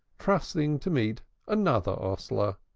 trusting to meet another hostler.